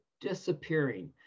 disappearing